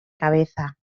cabeza